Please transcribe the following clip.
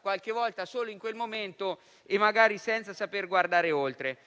qualche volta solo in quel momento e magari senza saper guardare oltre.